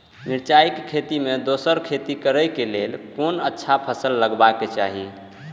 मिरचाई के खेती मे दोसर खेती करे क लेल कोन अच्छा फसल लगवाक चाहिँ?